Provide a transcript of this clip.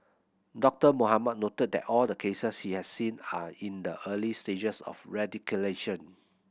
Doctor Mohamed noted that all the cases he has seen are in the early stages of radicalisation